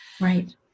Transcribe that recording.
Right